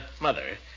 Mother